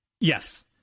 yes